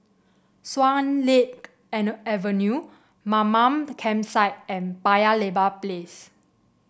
Swan Lake Avenue Mamam Campsite and Paya Lebar Place